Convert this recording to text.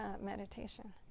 meditation